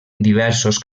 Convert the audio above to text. diversos